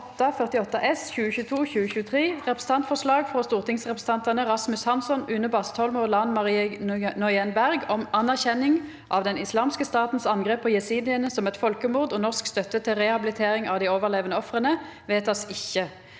om Representantforslag fra stortingsrepresentantene Rasmus Hansson, Une Bastholm og Lan Marie Nguyen Berg om anerkjennelse av Den islamske statens angrep på jesidiene som et folkemord og norsk støtte til rehabilitering av de overlevende ofrene (Innst.